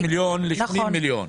מ-66 מיליון ל-80 מיליון.